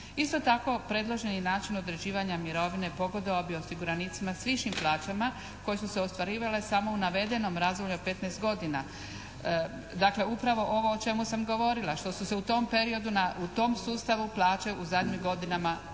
Isto tako predloženi način određivanja mirovine pogodovao bi osiguranicima s višim plaćama koje su se ostvarivale samo u navedenom razdoblju od 15 godina. Dakle upravo ovo o čemu sam govorila, što su se u tom periodu u tom sustavu plaće u zadnjim godinama povećavale